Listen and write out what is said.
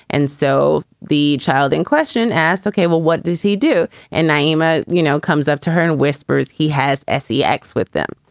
and so the child in question asked. ok, well, what does he do? and nyima, you know, comes up to her and whispers he has s e x with them.